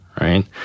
right